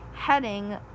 heading